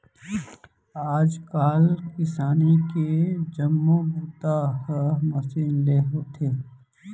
आज काल किसानी के जम्मो बूता ह मसीन ले होथे